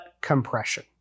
compression